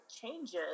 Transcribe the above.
changes